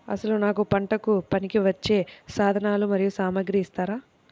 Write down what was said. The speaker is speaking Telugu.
అసలు నాకు పంటకు పనికివచ్చే సాధనాలు మరియు సామగ్రిని ఇస్తారా?